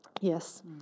Yes